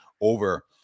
over